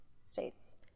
States